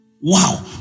Wow